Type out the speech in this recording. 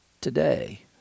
Today